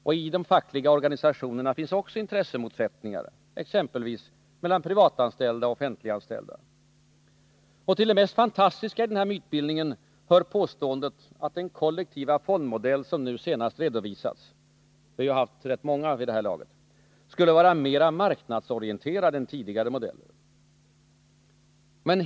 Och i de fackliga organisationerna finns också intressemotsättningar — exempelvis mellan privatanställda och offentliganställda. Till det mest fantastiska i mytbildningen hör påståendet att den kollektiva fondmodell som nu senast redovisats — vi har ju haft rätt många modeller av det slaget — skulle vara mera marknadsorienterad än tidigare modeller.